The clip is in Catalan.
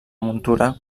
muntura